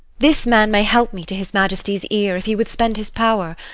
this man may help me to his majesty's ear, if he would spend his power.